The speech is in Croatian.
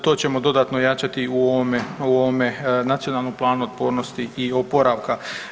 To ćemo dodatno jačati u ovome Nacionalnom planu otpornosti i oporavka.